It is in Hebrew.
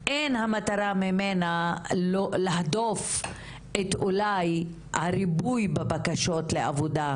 אין מטרה בזו להדוף את הריבוי בבקשות לעבודה אולי,